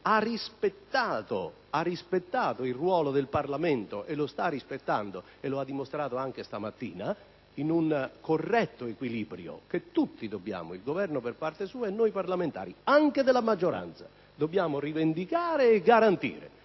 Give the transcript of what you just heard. sta rispettando il ruolo del Parlamento, e l'ha dimostrato anche oggi, in un corretto equilibrio che tutti, il Governo per parte sua e noi parlamentari, anche della maggioranza, dobbiamo rivendicare e garantire: